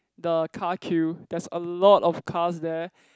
the car queue there's a lot of cars there